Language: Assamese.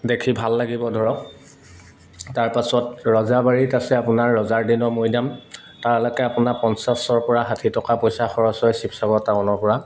দেখি ভাল লাগিব ধৰক তাৰপাছত ৰজাবাৰীত আছে আপোনাৰ ৰজাৰ দিনৰ মৈদাম তালৈকে আপোনাৰ পঞ্চাছৰ পৰা ষাঠি টকা পইচা খৰচ হয় শিৱসাগৰ টাউনৰ পৰা